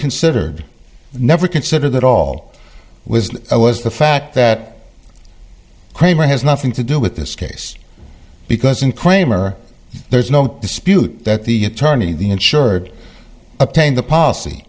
considered never considered that all was it was the fact that cramer has nothing to do with this case because in kramer there is no dispute that the attorney the insured obtain the policy